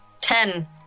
ten